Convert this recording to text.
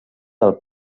del